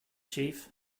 chief